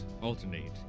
alternate